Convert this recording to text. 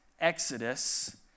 Exodus